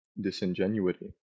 disingenuity